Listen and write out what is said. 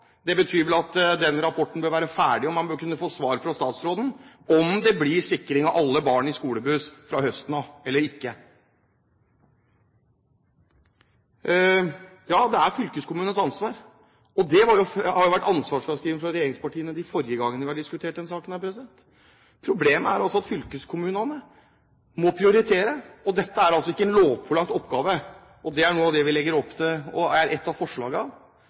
Det betyr vel at den rapporten bør være ferdig, og man bør kunne få svar fra statsråden på om det blir sikring av alle barn i skolebuss fra høsten av eller ikke. Ja, det er fylkeskommunenes ansvar – og det har jo vært ansvarsfraskrivelse fra regjeringspartiene de forrige gangene vi har diskutert denne saken. Problemet er at fylkeskommunene må prioritere, og dette er altså ikke en lovpålagt oppgave. Det er noe av det vi legger opp til, og som er et av